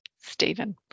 Stephen